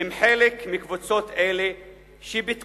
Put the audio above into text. הם חלק מקבוצות אלה בתקופתנו.